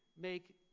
make